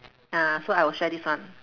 ah so I will share this one